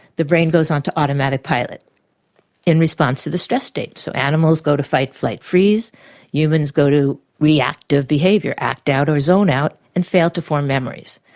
the brain goes on to automatic pilot in response to the stress state. so animals go to fight flight freeze humans go to reactive behaviour, act out or zone out and fail to form memories.